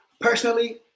personally